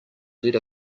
let